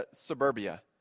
suburbia